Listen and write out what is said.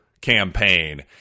campaign